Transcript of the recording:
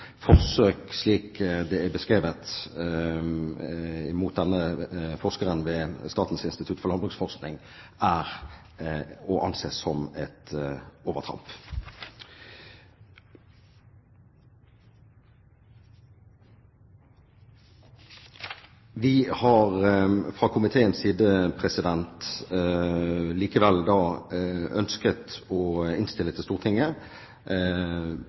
forsøk, som beskrevet mot denne forskeren ved Norsk institutt for landbruksøkonomisk forskning, er å anse som et overtramp. Vi har fra komiteens side likevel ønsket å innstille til Stortinget